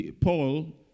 Paul